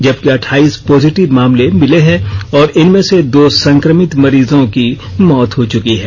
जबकि अड्डाइस पॉजिटिव मामले मिले हैं और इनमें से दो संक्रमित मरीजों की मौत हो चुकी है